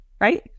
Right